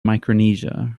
micronesia